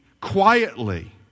quietly